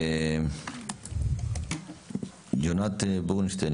יונת בורנשטיין,